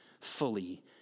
fully